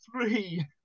three